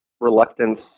reluctance